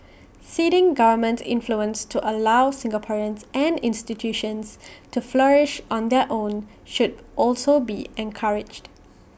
ceding government influence to allow Singaporeans and institutions to flourish on their own should also be encouraged